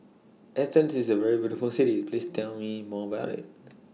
Athens IS A very beautiful City Please Tell Me More about IT